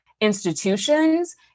institutions